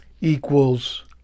equals